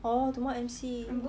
orh tomorrow M_C